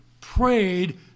prayed